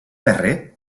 darrer